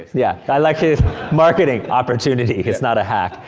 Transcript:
yeah. i like his marketing. opportunity, it's not a hack.